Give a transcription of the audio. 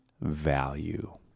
value